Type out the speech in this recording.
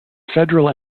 federal